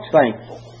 thankful